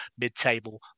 mid-table